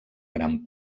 gran